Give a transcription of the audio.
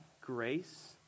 grace